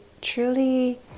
truly